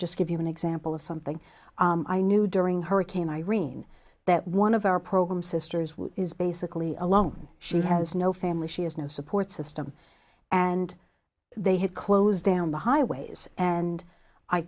just give you an example of something i knew during hurricane irene that one of our program sisters which is basically alone she has no family she has no support system and they had closed down the highways and i